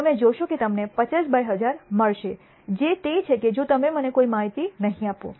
તમે જોશો કે તમને 50 બાય 1000 મળશે જે તે છે કે જો તમે મને કોઈ માહિતી નહીં આપો